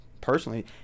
personally